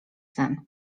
sen